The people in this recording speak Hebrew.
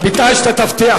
אדוני היושב-ראש, תן לי בבקשה.